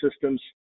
systems